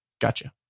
Gotcha